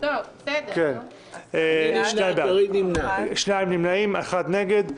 שניים נמנעים, אחד נגד.